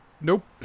Nope